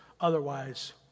otherwise